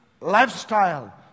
lifestyle